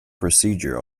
procedure